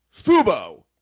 Fubo